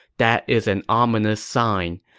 that is an ominous sign.